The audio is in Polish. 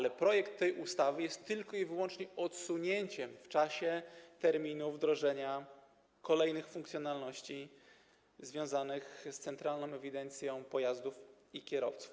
Ten projekt ustawy jest tylko i wyłącznie odsunięciem w czasie terminu wdrożenia kolejnych funkcjonalności związanych z Centralną Ewidencją Pojazdów i Kierowców.